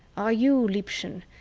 are you, liebchen,